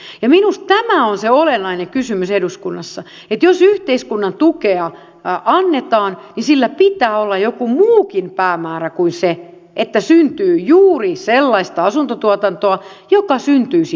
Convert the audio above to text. minusta tämä on se olennainen kysymys eduskunnassa että jos yhteiskunnan tukea annetaan niin sillä pitää olla joku muukin päämäärä kuin se että syntyy juuri sellaista asuntotuotantoa joka syntyisi muutoinkin